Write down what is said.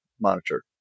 monitor